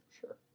Sure